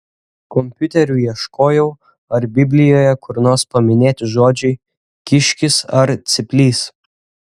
kompiuteriu ieškojau ar biblijoje kur nors paminėti žodžiai kiškis ar cyplys